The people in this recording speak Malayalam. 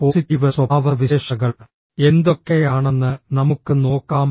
പോസിറ്റീവ് സ്വഭാവസവിശേഷതകൾ എന്തൊക്കെയാണെന്ന് നമുക്ക് നോക്കാം